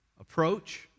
Approach